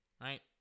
Right